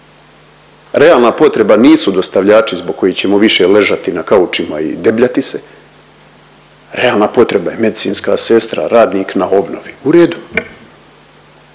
Realna potreba nisu dostavljači zbog kojih ćemo više ležati na kaučima i debljati se, realna potreba je medicinska sestra, radnik na obnovi. U redu.